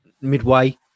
midway